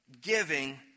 giving